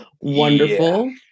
wonderful